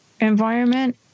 environment